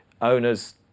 Owners